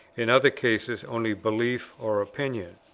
in other cases only belief or opinion.